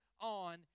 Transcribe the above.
on